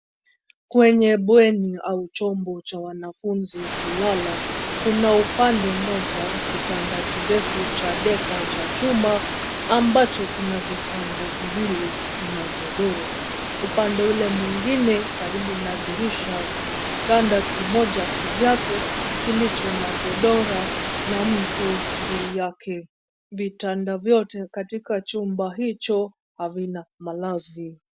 Kwenye bweni au chombo cha wanafunzi kulala, kuna upande moja, kitanda kirefu cha deka cha chuma, ambacho kina vitanda viwili na godoro. Upande ule mwingine karibu na dirisha kuna kitanda kimoja kivyake kilicho na godoro na mto juu yake. Vitanda vyote katika chumba hicho havina malazi.